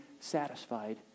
satisfied